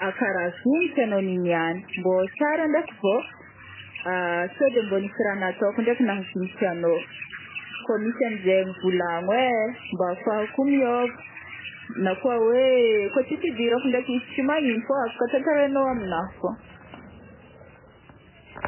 Kara vignitry anô niniany, mbô tsara ndraiky vô, sode mbô nisy raha nataoko ndraiky nahavignitry anô? Kô misy anzengy volagno ai mba afahako miôva, na koa oe ko ô tsisy idirako ndraiky izy tsy magnino fô afaka tantarainô amina fogna.